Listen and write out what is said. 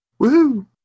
woo